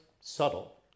subtle